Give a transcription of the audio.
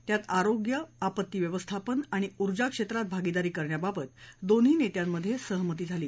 त्यात आरोग्य आपत्ती व्यवस्थापन आणि ऊर्जा क्षेत्रात भागिदारी करण्याबाबत दोन्ही नेत्यांमध्ये सहमती झाली